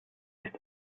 ist